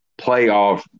playoff